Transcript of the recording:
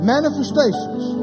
Manifestations